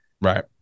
right